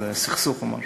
איזה סכסוך או משהו.